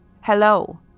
Hello